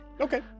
Okay